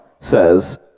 says